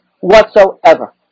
whatsoever